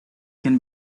can